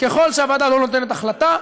ככל שהוועדה לא נותנת החלטה,